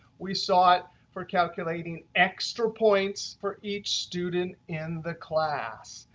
we saw it for calculating extra points for each student in the class.